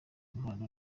impano